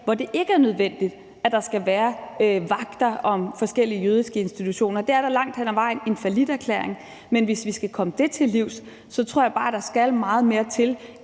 hvor det ikke er nødvendigt, at der skal være vagter ved forskellige jødiske institutioner. Det er da langt hen ad vejen en falliterklæring, men hvis vi skal komme det til livs, tror jeg bare der skal meget mere til